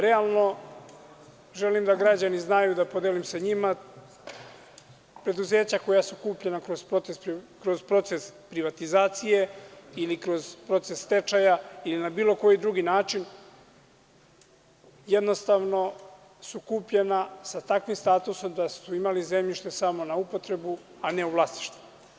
Realno, želim da građani znaju, da podelim sa njima, preduzeća koja su kupljena kroz proces privatizacije ili kroz proces stečaja ili na bilo koji drugi način jednostavno su kupljena sa takvim statusom da su imali zemljište samo na upotrebu, a ne u vlasništvu.